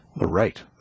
Right